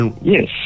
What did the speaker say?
Yes